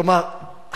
כלומר,